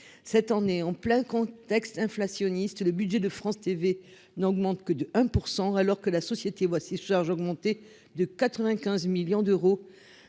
cette année en plein contexte inflationniste, le budget de France TV n'augmente que de 1 % alors que la société voici charge augmenté de 95 millions d'euros